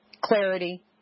clarity